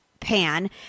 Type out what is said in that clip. pan